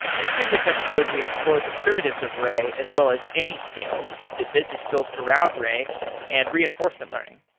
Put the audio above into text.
in a previous episode, we explored the primitives of ray as well as anyscale, which is the business built around ray and reinforcement learning.